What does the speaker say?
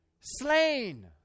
slain